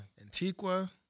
Antigua